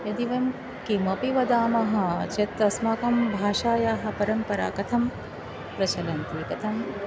यदि वयं किमपि वदामः चेत् अस्माकं भाषायाः परम्परा कथं प्रचलन्ति कथम्